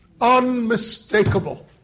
Unmistakable